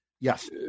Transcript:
Yes